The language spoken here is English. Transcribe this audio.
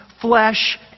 flesh